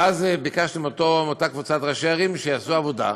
ואז ביקשתי מאותה קבוצת ראשי ערים שיעשו עבודה,